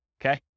okay